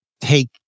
take